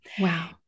Wow